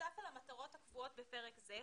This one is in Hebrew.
נוסף למטרות הקבועות בפרק זה,